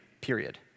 period